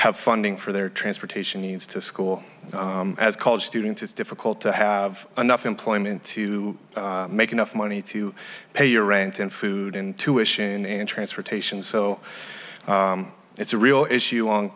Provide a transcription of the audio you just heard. have funding for their transportation needs to school as college students it's difficult to have enough employment to make enough money to pay your rent and food intuition and transportation so it's a real issue on